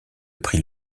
prix